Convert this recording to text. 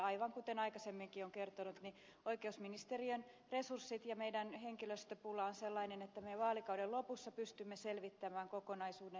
aivan kuten aikaisemminkin olen kertonut oikeusministeriön resurssi ja henkilöstöpula on sellainen että me vaalikauden lopussa pystymme selvittämään kokonaisuuden